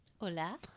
Hola